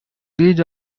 these